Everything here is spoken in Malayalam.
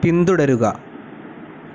പിന്തുടരുക